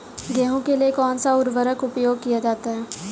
गेहूँ के लिए कौनसा उर्वरक प्रयोग किया जाता है?